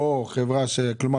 התחבורה?